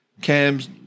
Cam's